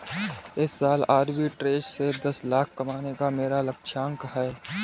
इस साल arbitrage से दस लाख कमाने का मेरा लक्ष्यांक है